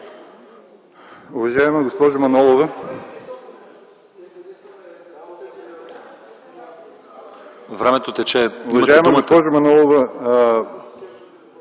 Уважаема госпожо Манолова,